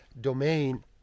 domain